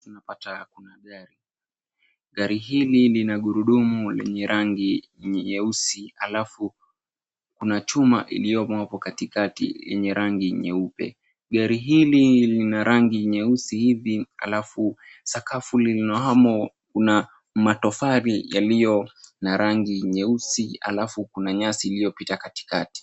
Tunapata kuna gari. Gari hili lina gurudumu lenye rangi nyeusi halafu kuna chuma iliyomo hapo katikati yenye rangi nyeupe. Gari hili lina rangi nyeusi hivi halafu sakafu lililo hamo lina matofari yenye rangi nyeusi halafu kuna nyasi iliyopita katikakati.